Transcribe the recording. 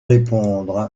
répondre